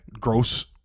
gross